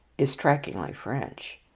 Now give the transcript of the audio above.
is strikingly french.